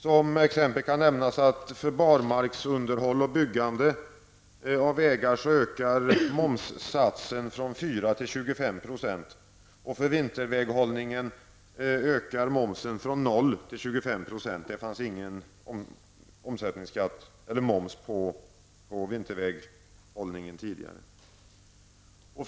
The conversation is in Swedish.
Som exempel kan nämnas att för barmarksunderhåll och byggande av vägar ökar momssatsen från 4 till 25 % och för vinterväghållningen från 0 till 25 %-- det fanns ingen moms på vinterväghållningen tidigare.